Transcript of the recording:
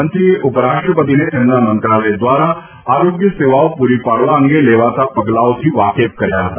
મંત્રીએ ઉપરાષ્ટ્રપતિને તેમના મંત્રાલય દ્વારા આરોગ્યસેવાઓ પૂરી પાડવા અંગે લેવાતા પગલાંઓથી વાકેફ કર્યા હતા